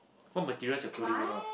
what materials your clothing made of